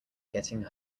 getting